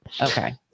okay